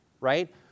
right